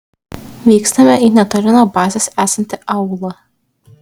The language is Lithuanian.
vykstame į netoli nuo bazės esantį aūlą